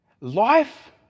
life